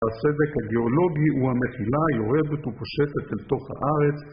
הסדק הגיאולוגי הוא המצולע, יורדת ופושטת אל תוך הארץ...